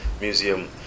museum